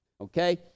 okay